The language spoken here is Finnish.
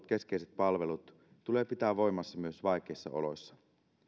keskeiset palvelut tulee pitää voimassa myös vaikeissa oloissa